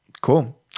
Cool